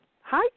Hi